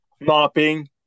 Mopping